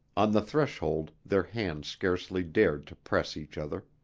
on the threshold their hands scarcely dared to press each other.